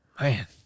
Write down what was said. Man